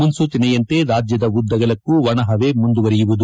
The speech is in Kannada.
ಮುನ್ಲೂಚನೆಯಂತೆ ರಾಜ್ಯದ ಉದ್ದಗಲಕ್ಕೂ ಒಣಹವೆ ಮುಂದುವರಿಯಲಿದೆ